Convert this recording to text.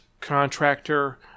contractor